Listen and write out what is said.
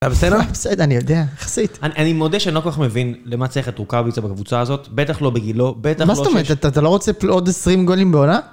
בסדר? בסדר, אני יודע, יחסית. אני מודה שאני לא כל כך מבין למה צריך את רוכביץ' בקבוצה הזאת, בטח לא בגילו, בטח לא... מה זאת אומרת? אתה לא רוצה עוד עשרים גולים בעונה?